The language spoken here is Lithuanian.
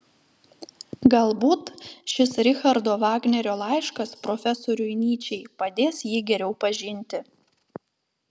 galbūt šis richardo vagnerio laiškas profesoriui nyčei padės jį geriau pažinti